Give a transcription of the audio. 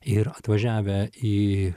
ir atvažiavę į